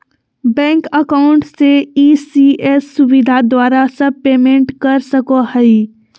bank account से ECS सुविधा द्वारा सब पेमेंट कर सको हइ